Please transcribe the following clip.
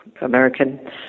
American